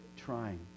trying